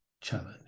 challenge